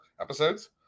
episodes